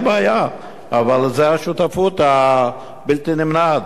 הבעיה היא בעיה, אבל זו שותפות בלתי נמנעת.